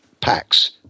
packs